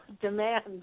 demand